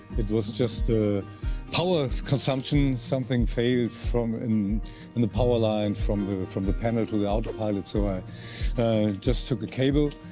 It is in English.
it was just the power consumption. something failed from, in, in and the power line from the from the panel to the autopilot, so i just took a cable, ah,